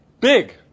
Big